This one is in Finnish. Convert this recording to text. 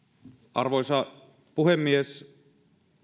arvoisa puhemies